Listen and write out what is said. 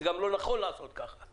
זה גם לא נכון לעשות ככה.